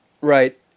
Right